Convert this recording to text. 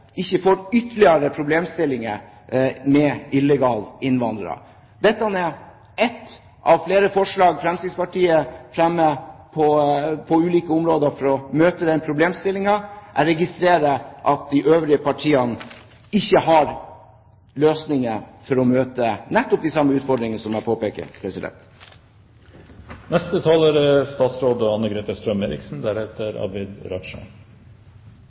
ikke får ytterligere problemer med illegale innvandrere. Dette er ett av flere forslag Fremskrittspartiet fremmer på ulike områder for å møte den problemstillingen. Jeg registrerer at de øvrige partiene ikke har løsninger for å møte nettopp disse utfordringene som jeg påpeker. Jeg er